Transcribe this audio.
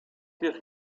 jest